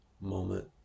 moment